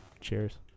Cheers